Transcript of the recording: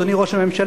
אדוני ראש הממשלה,